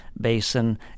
basin